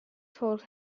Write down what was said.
told